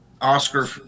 Oscar